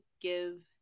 give